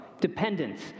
Dependence